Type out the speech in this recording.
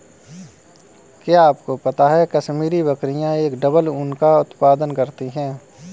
क्या आपको पता है कश्मीरी बकरियां एक डबल ऊन का उत्पादन करती हैं?